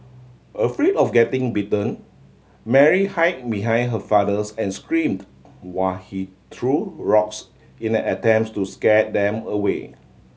afraid of getting bitten Mary hid behind her fathers and screamed while he threw rocks in an attempts to scare them away